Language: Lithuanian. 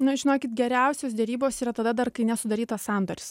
na žinokit geriausios derybos yra tada dar kai nesudarytas sandoris